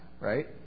right